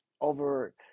over –